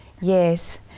Yes